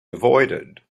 avoided